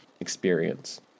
experience